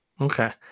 Okay